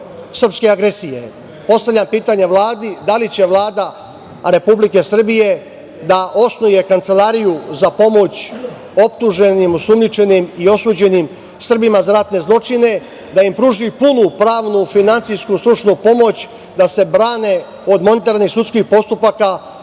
agresije. Postavljam pitanje Vladi – da li će Vlada Republike Srbije da osnuje kancelariju za pomoć optuženim, osumnjičenim i osuđenim Srbima za ratne zločine, da im pruži punu pravnu, finansijsku, stručnu pomoć da se brane od montiranih sudskih postupaka